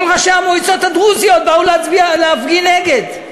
כל ראשי המועצות הדרוזיות באו להפגין נגד.